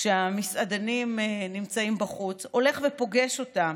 כשהמסעדנים נמצאים בחוץ, הולך ופוגש אותם,